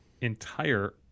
entire